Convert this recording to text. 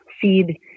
feed